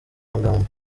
magambo